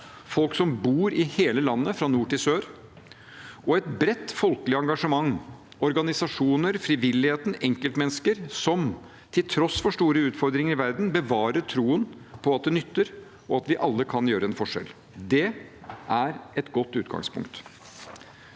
folk som bor i hele landet fra nord til sør, og et bredt folkelig engasjement – organisasjoner, frivilligheten, enkeltmennesker – som, til tross for store utfordringer i verden, bevarer troen på at det nytter, og at vi alle kan gjøre en forskjell. Det er et godt utgangspunkt.